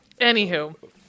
Anywho